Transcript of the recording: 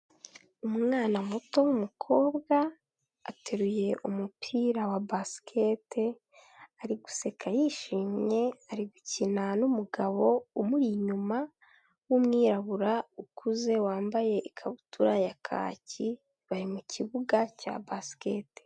Umwana muto w'umukobwa ateruye umupira wa basikete ari guseka yishimye ari gukina n'umugabo umuri inyuma w'umwirabura ukuze wambaye ikabutura ya kaki bari mu kibuga cya basikete.